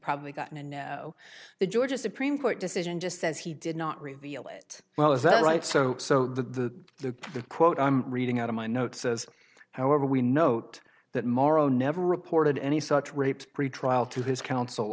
probably gotten a no the georgia supreme court decision just says he did not reveal it well is that right so so the the the quote i'm reading out of my notes says however we note that mauro never reported any such rapes pretrial to his counsel